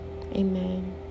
amen